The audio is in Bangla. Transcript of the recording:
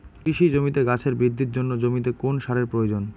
কৃষি জমিতে গাছের বৃদ্ধির জন্য জমিতে কোন সারের প্রয়োজন?